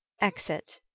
Exit